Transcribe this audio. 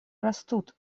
растут